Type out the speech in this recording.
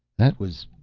that was.